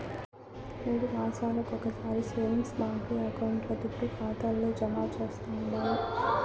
మూడు మాసాలొకొకసారి సేవింగ్స్ బాంకీ అకౌంట్ల దుడ్డు ఖాతాల్లో జమా చేస్తండారు